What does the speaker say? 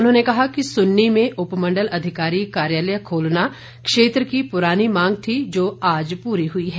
उन्होंने कहा कि सुन्नी में उपमण्डल अधिकारी कार्यालय खोलना क्षेत्र की पुरानी मांग थी जो आज पूरी हुई है